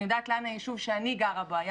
אני יודעת לאן היישוב שאני גרה בו היה